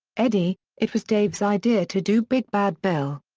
eddie it was dave's idea to do big bad bill.